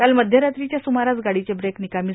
काल मध्यरात्रीच्या सुमारास गाडीचे ब्रेक र्निकामी